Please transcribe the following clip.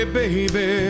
baby